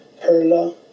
Perla